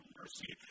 mercy